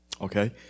okay